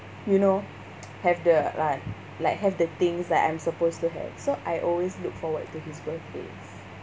you know have the like like have the things that I'm supposed to have so I always look forward to his birthdays